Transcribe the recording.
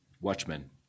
watchmen